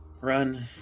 run